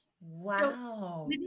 Wow